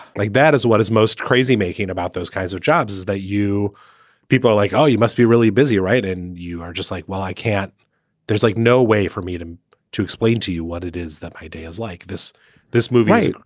like that is what is most crazy making about those kinds of jobs that you people are like, oh, you must be really busy, right. and you are just like, well, i can't there's like no way for me to to explain to you what it is that my day is like this this movie.